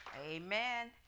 Amen